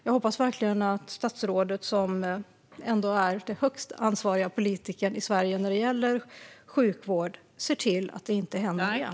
Jag hoppas verkligen att statsrådet, som ändå är den högst ansvariga politikern i Sverige när det gäller sjukvård, ser till att detta inte händer igen.